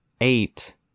eight